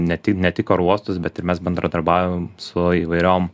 ne tik ne tik oro uostus bet ir mes bendradarbaujam su įvairiom